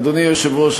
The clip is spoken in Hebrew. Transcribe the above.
אדוני היושב-ראש,